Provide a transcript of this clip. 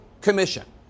commission